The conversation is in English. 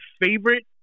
favorite